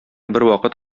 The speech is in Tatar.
бервакыт